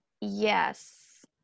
Yes